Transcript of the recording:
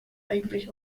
eigentlich